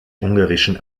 ungarischen